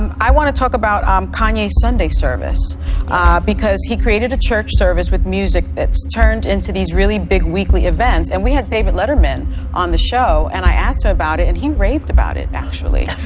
um i want to talk about um kanye sunday service because he created a church service with music that's turned into these really big weekly events and we had david letterman on the show and i asked him about it and he raved about it actually.